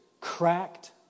cracked